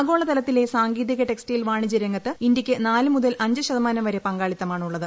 ആഗോളതലത്തിലെ സാങ്കേതിക ടെക്സ്റ്റൈൽ വാണിജ്യരംഗത്ത് ഇന്ത്യയ്ക്ക് നാല് മുതൽ അഞ്ച് ശതമാനം പങ്കാളിത്തമാണ് ഉള്ളത്